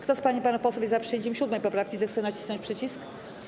Kto z pań i panów posłów jest za przyjęciem 7. poprawki, zechce nacisnąć przycisk.